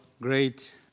great